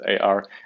ar